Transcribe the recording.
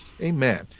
amen